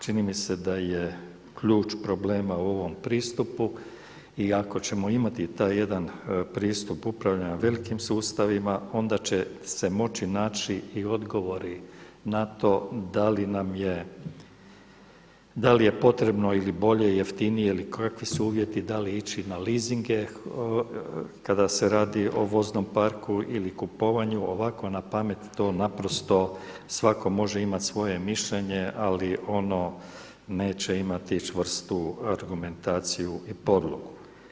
Čini mi se da je ključ problema u ovom pristupu i ako ćemo imati taj jedan pristup upravljanja velikim sustavima onda će se moći naći i odgovori na to da li nam je, da li je potrebno ili bolje, jeftinije ili kakvi su uvjeti da li ići na leasinge kada se radi o voznom parku ili kupovanju, ovako napamet to naprosto svatko može imati svoje mišljenje ali ono neće imati čvrstu argumentaciju i podlogu.